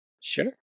Sure